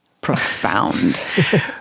profound